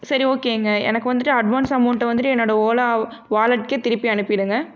சரி ஓகேங்க எனக்கு வந்துட்டு அட்வான்ஸ் அமௌன்ட் வந்துட்டு என்னோடய ஓலா வாலெட்டுகே திருப்பி அனுப்பிடுங்கள்